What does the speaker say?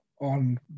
on